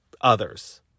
others